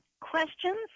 questions